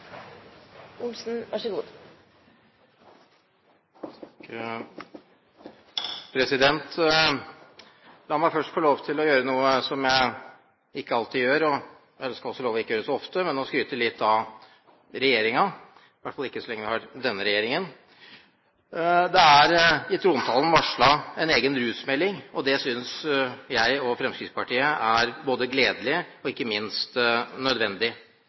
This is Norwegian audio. å gjøre så ofte – i hvert fall ikke så lenge vi har denne regjeringen – nemlig å skryte litt av regjeringen. Det er i trontalen varslet en egen rusmelding, og det synes jeg og Fremskrittspartiet er både gledelig og ikke minst nødvendig.